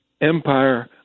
Empire